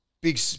big